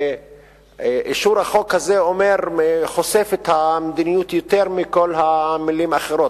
אישור החוק הזה חושף את המדיניות יותר מכל המלים האחרות.